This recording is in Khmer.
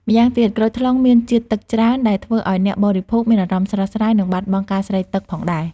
ម្យ៉ាងទៀត ក្រូចថ្លុងមានជាតិទឹកច្រើន ដែលធ្វើឱ្យអ្នកបរិភោគមានអារម្មណ៍ស្រស់ស្រាយ និងបាត់បង់ការស្រេកទឹកផងដែរ។